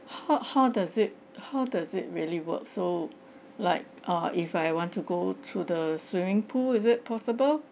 h~ how does it how does it really work so like uh if I want to go to the swimming pool is it possible